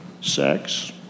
sex